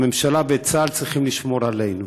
הממשלה וצה"ל צריכים לשמור עלינו.